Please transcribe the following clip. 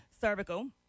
cervical